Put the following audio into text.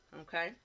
Okay